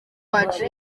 wacu